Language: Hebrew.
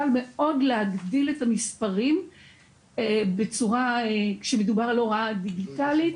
קל מאוד להגביל את המספרים כאשר מדובר על הוראה דיגיטלית,